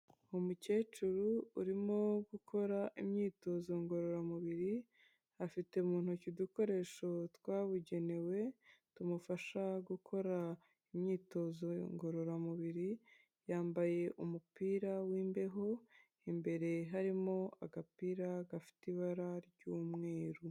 Umukecuru urimo gukora imyitozo ngororamubiri afite mu ntoki udukoresho twabugenewe tumufasha gukora imyitozo ngororamubiri, yambaye umupira wimbeho imbere harimo agapira gafite ibara ry'umweru.